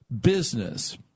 business